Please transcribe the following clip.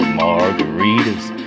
margaritas